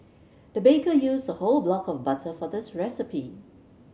the baker used a whole block of butter for this recipe